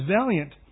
valiant